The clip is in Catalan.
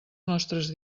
nostres